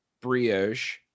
brioche